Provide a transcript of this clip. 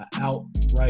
outright